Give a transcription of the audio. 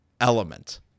element